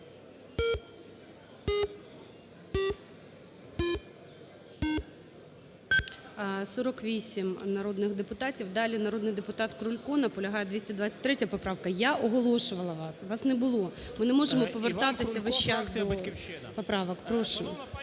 48 народних депутатів. Далі: народний депутат Крулько. Наполягає. 223 поправка. Я оголошувала вас. Вас не було. Ми не можемо повертатися весь час до поправок. Прошу.